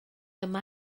yma